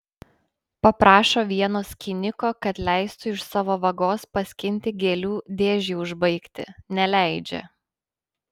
paprašo vieno skyniko kad leistų iš savo vagos paskinti gėlių dėžei užbaigti neleidžia